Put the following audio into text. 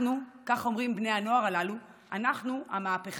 אנחנו, כך אומרים בני הנוער הללו, אנחנו המהפכה.